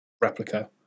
replica